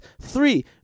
Three